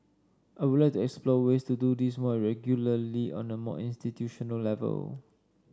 I would like to explore ways to do this more regularly on a more institutional level